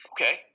okay